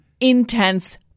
intense